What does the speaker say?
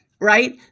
right